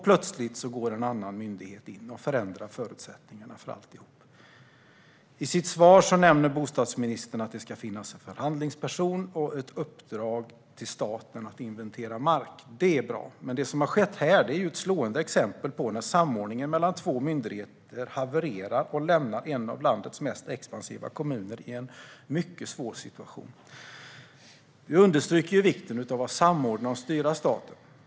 Plötsligt går en annan myndighet in och förändrar förutsättningarna för alltihop. I sitt svar nämner bostadsministern att det ska finnas en förhandlingsperson och ett uppdrag till staten att inventera mark. Det är bra, men det som har skett här är ett slående exempel på när samordningen mellan två myndigheter havererar och lämnar en av landets mest expansiva kommuner i en mycket svår situation. Det understryker vikten av att samordna och styra staten.